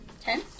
Ten